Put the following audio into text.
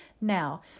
Now